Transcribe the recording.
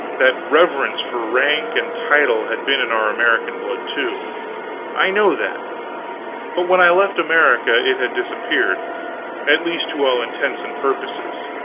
that reverence for rank and title, had been in our american blood, too i know that but when i left america it had disappeared at least to all intents and purposes.